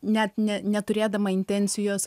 net ne neturėdama intencijos